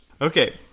Okay